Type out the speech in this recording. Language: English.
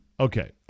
Okay